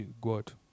God